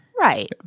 right